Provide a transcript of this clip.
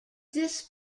this